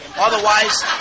Otherwise